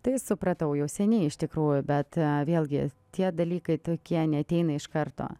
tai supratau jau seniai iš tikrųjų bet vėlgi tie dalykai tokie neateina iš karto